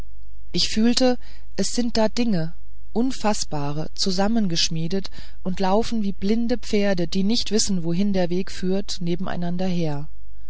ich fühlte es sind da dinge unfaßbare zusammengeschmiedet und laufen wie blinde pferde die nicht wissen wohin der weg führt nebeneinander her